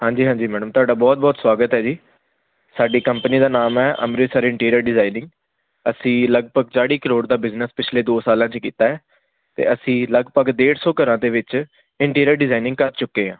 ਹਾਂਜੀ ਹਾਂਜੀ ਮੈਡਮ ਤੁਹਾਡਾ ਬਹੁਤ ਬਹੁਤ ਸਵਾਗਤ ਹੈ ਜੀ ਸਾਡੀ ਕੰਪਨੀ ਦਾ ਨਾਮ ਹੈ ਅੰਮ੍ਰਿਤਸਰ ਇੰਟੀਰੀਅਰ ਡਿਜ਼ਾਇਨਿੰਗ ਅਸੀਂ ਲਗਭਗ ਚਾਲੀ ਕਰੋੜ ਦਾ ਬਿਜ਼ਨਸ ਪਿਛਲੇ ਦੋ ਸਾਲਾਂ 'ਚ ਕੀਤਾ ਹੈ ਅਤੇ ਅਸੀਂ ਲਗਭਗ ਡੇਢ ਸੌ ਘਰਾਂ ਦੇ ਵਿੱਚ ਇੰਟੀਰੀਅਰ ਡਿਜ਼ਾਇਨਿੰਗ ਕਰ ਚੁੱਕੇ ਹਾਂ